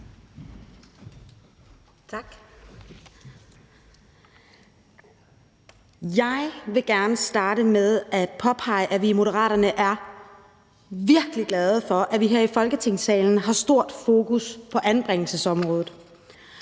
Jeg vil gerne starte med at påpege, at vi i Moderaterne er virkelig glade for, at vi her i Folketingssalen har stort fokus på anbringelsesområdet.